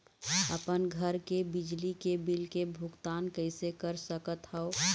अपन घर के बिजली के बिल के भुगतान कैसे कर सकत हव?